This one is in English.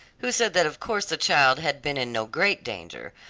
who said that of course the child had been in no great danger,